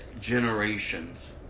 generations